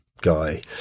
guy